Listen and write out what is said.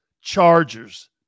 Chargers